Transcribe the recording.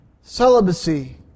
Celibacy